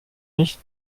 nicht